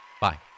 Bye